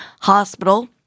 Hospital